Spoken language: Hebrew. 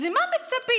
אז למה מצפים,